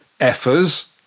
effers